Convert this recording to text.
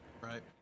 Right